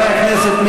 חברי הכנסת.